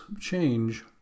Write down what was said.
change